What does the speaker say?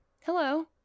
Hello